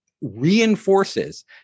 reinforces